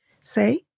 say